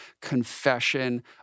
confession